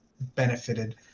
benefited